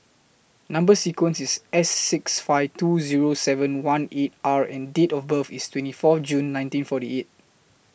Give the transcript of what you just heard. Number sequence IS S six five two Zero seven one eight R and Date of birth IS twenty four June nineteen forty eight